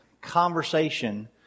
conversation